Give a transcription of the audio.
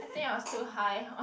I think I was too high